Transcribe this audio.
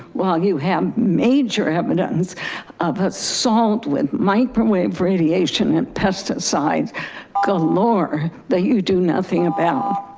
well, you have major evidence about salt with microwave radiation and pesticides galore that you do nothing about.